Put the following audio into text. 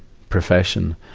profession.